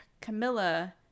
Camilla